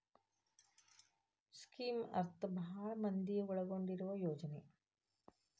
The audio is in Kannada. ಸ್ಕೇಮ್ನ ಅರ್ಥ ಭಾಳ್ ಮಂದಿನ ಒಳಗೊಂಡಿರುವ ಯೋಜನೆ